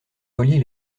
relier